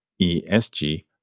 ESG